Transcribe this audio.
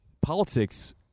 Politics